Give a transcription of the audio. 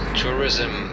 tourism